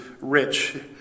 rich